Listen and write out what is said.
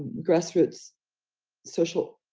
grassroots social